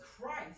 Christ